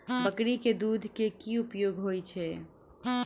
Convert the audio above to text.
बकरी केँ दुध केँ की उपयोग होइ छै?